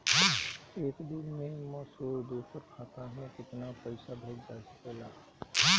एक दिन में दूसर दूसर खाता में केतना पईसा भेजल जा सेकला?